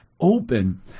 open